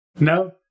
No